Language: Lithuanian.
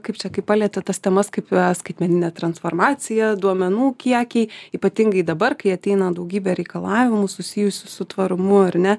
kaip čia kai palieti tas temas kaip skaitmeninė transformacija duomenų kiekiai ypatingai dabar kai ateina daugybė reikalavimų susijusių su tvarumu ar ne